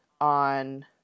on